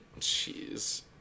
jeez